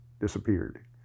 disappeared